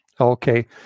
Okay